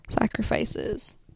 sacrifices